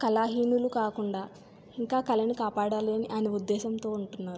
కళాహీనులు కాకుండా ఇంకా కళను కాపాడాలి అని అయన ఉద్దేశంతో ఉంటున్నారు